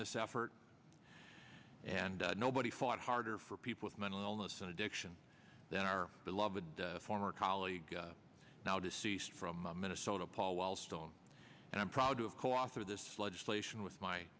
this effort and nobody fought harder for people with mental illness and addiction than our beloved former colleague now deceased from minnesota paul wellstone and i'm proud to have co author this legislation with my